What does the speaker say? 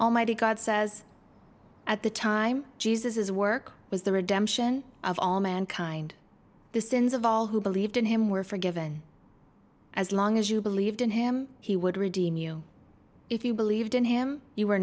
almighty god says at the time jesus his work was the redemption of all mankind the sins of all who believed in him were forgiven as long as you believed in him he would redeem you if you believed in him you were